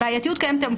הבעייתיות קיימת היום,